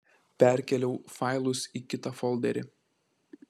perkėliau failus į kitą folderį